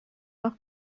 nach